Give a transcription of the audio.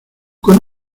con